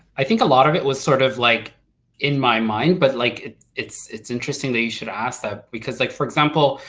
i think a lot of it was sort of like in my mind, but like it's it's interesting that you should ask that because like for example,